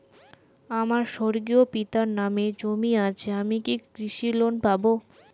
আমার স্বর্গীয় পিতার নামে জমি আছে আমি কি কৃষি লোন পাব?